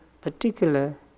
particular